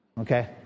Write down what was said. okay